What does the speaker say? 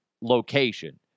location